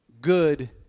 good